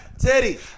Teddy